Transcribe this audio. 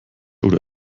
oder